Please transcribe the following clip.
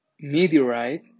meteorite